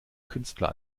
künstler